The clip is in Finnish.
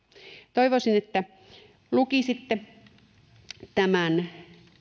toivoisin että lukisitte tämän